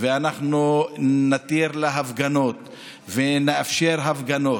ו-19 אושרו כנוסח הוועדה.